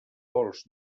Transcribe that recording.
vols